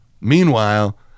Meanwhile